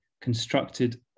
constructed